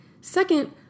Second